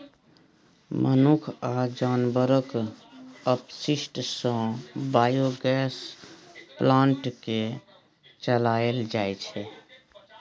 मनुख आ जानबरक अपशिष्ट सँ बायोगैस प्लांट केँ चलाएल जाइ छै